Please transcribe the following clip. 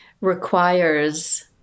requires